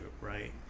right